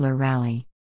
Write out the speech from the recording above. Rally